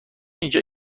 اینجا